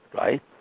right